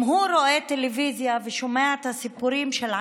אם הוא רואה טלוויזיה ושומע את הסיפורים של העצמאים,